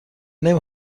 نمی